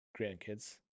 grandkids